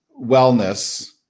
wellness